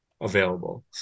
Available